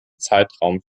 zeitraum